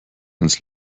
ins